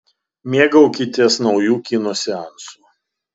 mėgaukitės nauju kino seansu